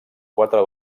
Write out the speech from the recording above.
quatre